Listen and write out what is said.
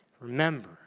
remember